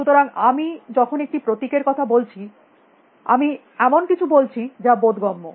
সুতরাং আমি যখন একটি প্রতীক এর কথা বলছি আমি এমন কিছু বলছি যা বোধগম্য